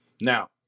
Now